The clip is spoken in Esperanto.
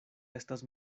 estas